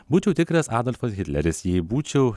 būčiau tikras adolfas hitleris jei būčiau